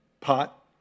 pot